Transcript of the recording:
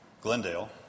Glendale